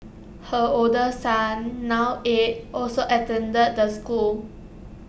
her older son now eight also attended the school